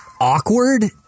awkward